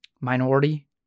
Minority